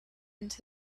into